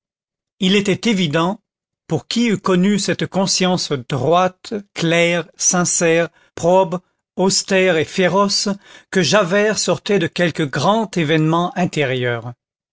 il était évident pour qui eût connu cette conscience droite claire sincère probe austère et féroce que javert sortait de quelque grand événement intérieur